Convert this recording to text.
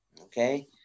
okay